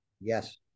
Yes